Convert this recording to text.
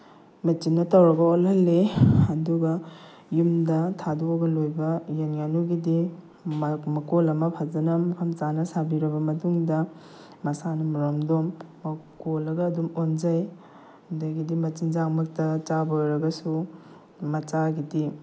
ꯃꯦꯆꯤꯟꯅ ꯇꯧꯔꯒ ꯑꯣꯜꯍꯜꯂꯤ ꯑꯗꯨꯒ ꯌꯨꯝꯗ ꯊꯥꯗꯣꯛꯑꯒ ꯂꯣꯏꯕ ꯌꯦꯟ ꯉꯥꯅꯨꯒꯤꯗꯤ ꯃꯀꯣꯜ ꯑꯃ ꯐꯖꯅ ꯃꯐꯝ ꯆꯥꯅ ꯁꯥꯕꯤꯔꯕ ꯃꯇꯨꯡꯗ ꯃꯁꯥꯅ ꯃꯔꯣꯝꯗꯣꯝ ꯀꯣꯜꯂꯒ ꯑꯗꯨꯝ ꯑꯣꯟꯖꯩ ꯑꯗꯒꯤꯗꯤ ꯃꯆꯤꯟꯖꯥꯛꯃꯛꯇ ꯆꯥꯕ ꯑꯣꯏꯔꯒꯁꯨ ꯃꯆꯥꯒꯤꯗꯤ